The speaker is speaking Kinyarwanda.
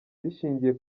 bishingiye